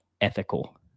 ethical